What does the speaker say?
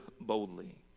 boldly